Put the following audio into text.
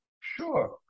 Sure